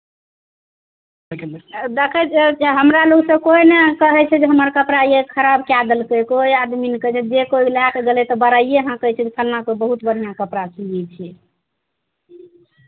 देखै छियै जे हमरा आर तऽ कोइ नहि कहै छै जे हमर कपड़ा ई खराब कए देलकै कोइ आदमी नहि कहै छै जे कोइ लए कऽ गेलै तऽ बड़ाइए हाँकै छै जे फल्लाँके बहुत बढ़िआँ कपड़ा सियै छै